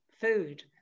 food